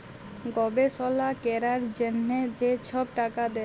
গবেষলা ক্যরার জ্যনহে যে ছব টাকা দেয়